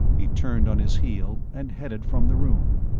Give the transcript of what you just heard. he turned on his heel and headed from the room.